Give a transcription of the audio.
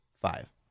five